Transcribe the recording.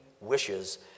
wishes